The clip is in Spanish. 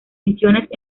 misiones